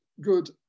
good